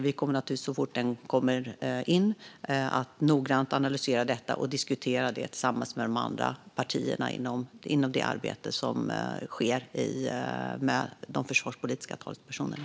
Vi kommer, så fort underlaget kommer in, att noggrant analysera och diskutera det tillsammans med de andra partierna inom det arbete som sker med de försvarspolitiska talespersonerna.